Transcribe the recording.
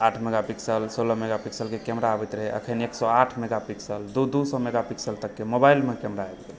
आठ mega pixel सोलह mega pixel ई सबके कैमरा आबैत रहै एखन एक सए आठ मेगा पिक्सल दू दू सए मेगा पिक्सल तकके मोबाइलमे कैमरा आबि गेल छै